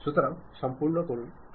തുടർന്ന് ബാഹ്യ ആശയവിനിമയം ഉണ്ട്